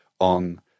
on